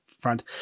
front